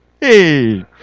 Hey